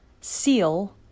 Seal